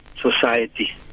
society